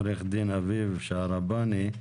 עו"ד אביב שהרבני,